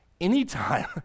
Anytime